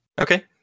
Okay